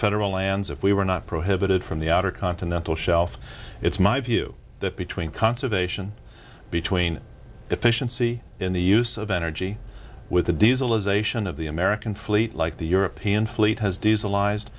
federal lands if we were not prohibited from the outer continental shelf it's my view that between conservation between efficiency in the use of energy with the diesel as ation of the american fleet like the european fleet has diesel live